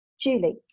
Julie